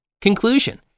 Conclusion